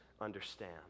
understand